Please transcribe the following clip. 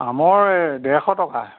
আমৰ দেৰশ টকা